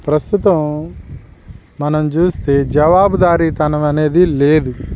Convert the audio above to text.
ప్రస్తుతం మనం చూస్తే జవాబుదారితనం అనేది లేదు